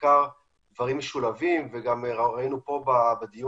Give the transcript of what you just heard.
בעיקר דברים משולבים וגם ראינו פה בדיון